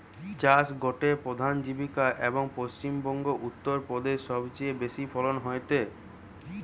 চাষ গটে প্রধান জীবিকা, এবং পশ্চিম বংগো, উত্তর প্রদেশে সবচেয়ে বেশি ফলন হয়টে